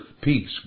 peace